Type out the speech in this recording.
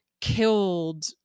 killed